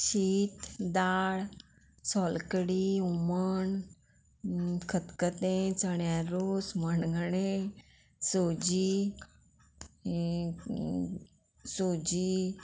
शीत दाळ सोलकडी हुमण खतखतें चण्या रोस मणगणें सोजी सोजी